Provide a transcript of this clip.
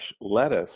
lettuce